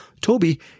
toby